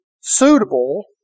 suitable